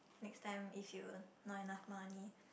next time if you not enough money